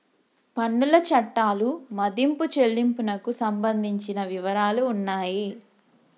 పన్నుల చట్టాలు మదింపు చెల్లింపునకు సంబంధించిన వివరాలు ఉన్నాయి